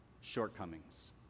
shortcomings